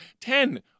Ten